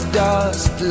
dust